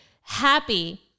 happy